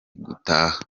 gutaha